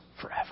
forever